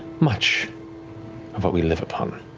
much of what we live upon.